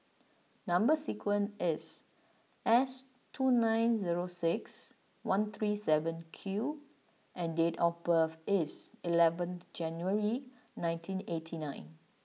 number sequence is S two nine zero six one three seven Q and date of birth is eleven January nineteen eighty nine